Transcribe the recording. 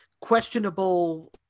questionable